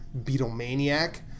Beatlemaniac